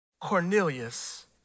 Cornelius